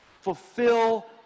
fulfill